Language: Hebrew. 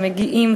שמגיעים,